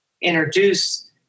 introduce